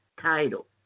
title